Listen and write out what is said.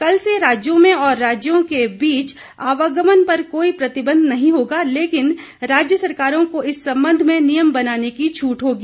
कल से राज्यों में और राज्यों के बीच आवागमन पर कोई प्रतिबंध नहीं होगा लेकिन राज्य सरकारों को इस संबंध में नियम बनाने की छूट होगी